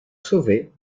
sauvé